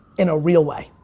in a real way.